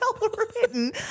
well-written